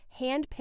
handpicked